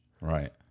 Right